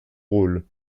rôle